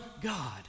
God